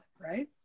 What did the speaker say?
right